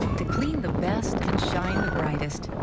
to clean the best and shine the brightest.